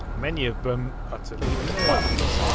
many of them utterly pointless.